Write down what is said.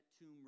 tomb